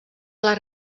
les